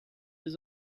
his